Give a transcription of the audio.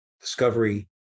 discovery